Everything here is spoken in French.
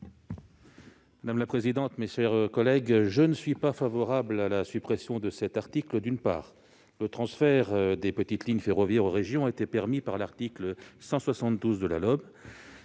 Madame la présidente, mes chers collègues, je ne suis pas favorable à la suppression de cet article. D'une part, le transfert des petites lignes ferroviaires aux régions a été permis par l'article 172 de la LOM.